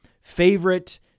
favorite